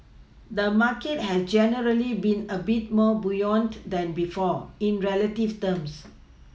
the market has generally been a bit more buoyant than before in relative terms